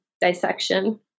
dissection